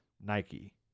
Nike